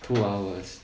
two hours